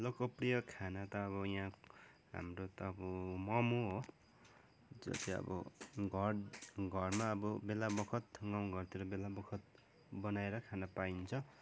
लोकप्रिय खाना त अब यहाँ हाम्रो त अब मोमो हो जो चाहिँ अब घर घरमा अब घर घरमा बेला बखत गाउँ घरतिर बेला बखत बनाएर खान पाइन्छ